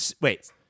Wait